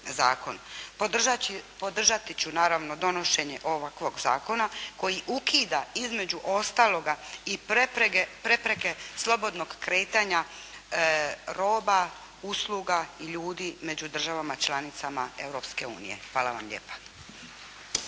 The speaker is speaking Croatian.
Podržati ću naravno donošenje ovakvog zakona koji ukida između ostaloga i prepreke slobodnog kretanja roba, usluga i ljudi među državama članicama Europske unije. Hvala vam lijepa.